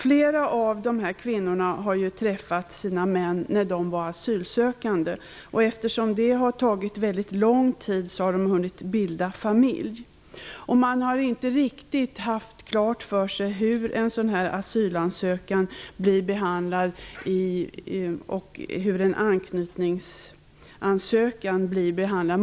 Flera av dessa kvinnor har träffat sina män under den tid de varit asylsökande. Eftersom asylbehandlingen har tagit väldigt lång tid har de hunnit bilda familj. De har inte haft riktigt klart för sig hur en asylansökan och en anknytningsansökan behandlas.